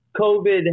COVID